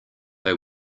they